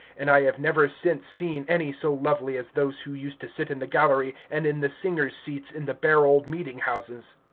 and i have never since seen any so lovely as those who used to sit in the gallery and in the singers' seats in the bare old meeting-houses.